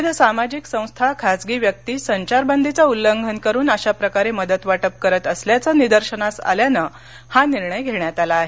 विविध सामाजिक संस्था खासगी व्यक्ती संचारबंदीये उल्लंघन करून अशाप्रकारे मदत वाटप करत असल्याचं निदर्शनास आल्यानं हा निर्णय घेण्यात आला आहे